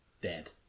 dead